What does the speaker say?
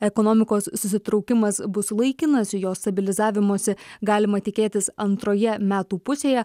ekonomikos susitraukimas bus laikinas jo stabilizavimosi galima tikėtis antroje metų pusėje